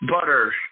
butter